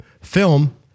film